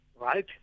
right